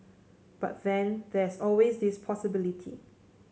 but then there's always this possibility